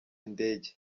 indege